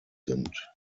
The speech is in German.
sind